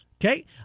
Okay